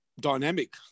dynamic